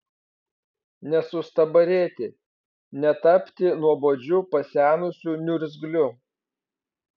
nesustabarėti netapti nuobodžiu pasenusiu niurzgliu